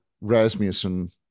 Rasmussen